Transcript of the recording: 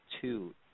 two